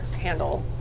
handle